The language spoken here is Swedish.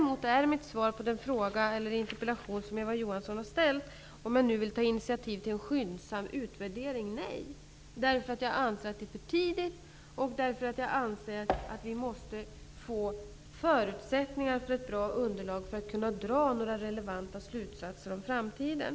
Men när Eva Johansson i sin interpellation frågar om jag nu vill ta initiativ till en skyndsam utredning, är mitt svar nej, därför att jag anser att det är för tidigt och därför att jag anser att vi måste få förutsättningar för ett bra underlag innan vi kan dra några relevanta slutsatser om framtiden.